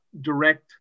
direct